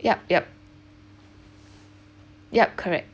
yup yup yup correct